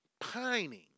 pining